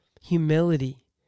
Humility